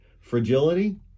Fragility